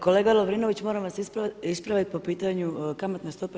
Kolega Lovrinović, moram vas ispraviti po pitanju kamatne stope.